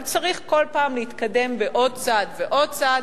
אבל צריך כל פעם להתקדם בעוד צעד ועוד צעד.